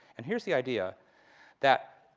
and here's the idea that,